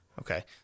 Okay